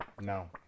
No